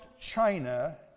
China